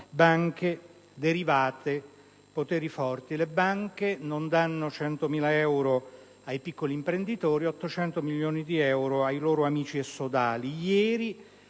banche, derivati e poteri forti. Le banche non danno 100.000 euro ai piccoli imprenditori, ma 800 milioni di euro ai loro amici e sodali. Ieri,